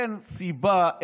אין סיבה,